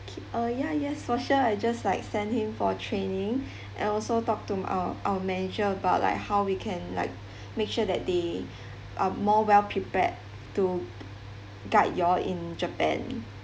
okay uh ya yes for sure I just like sent him for training and also talk to uh our manager about like how we can like make sure that they are more well prepared to guide you all in japan